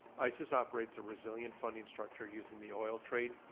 isis operates a resilient funding structure using the oil trade,